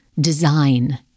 design